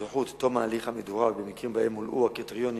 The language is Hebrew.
אזרחות בתום הליך מדורג: במקרים שבהם מולאו הקריטריונים